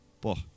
po